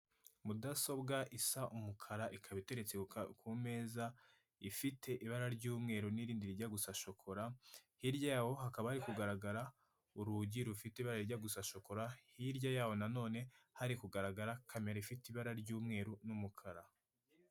Mudasobwa isa umukara ikaba iteretse ku meza, ifite ibara ry'umweru n'irindi rijya gusa shokora, hirya yawo hakaba iri kugaragara urugi rufite ibara ryijya gusa shokora, hirya yaho nanone hari kugaragara kamera ifite ibara ry'umweru n'umukara.